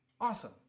awesome